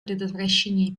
предотвращении